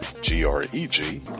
G-R-E-G